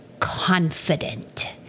confident